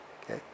okay